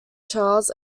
charles